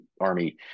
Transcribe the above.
army